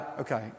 okay